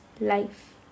life